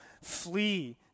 flee